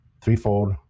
threefold